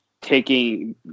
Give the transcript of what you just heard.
taking